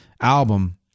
album